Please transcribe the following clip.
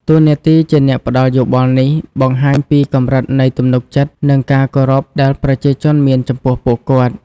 តួនាទីជាអ្នកផ្ដល់យោបល់នេះ បង្ហាញពីកម្រិតនៃទំនុកចិត្ត និងការគោរពដែលប្រជាជនមានចំពោះពួកគាត់។